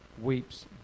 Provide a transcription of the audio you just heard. weeps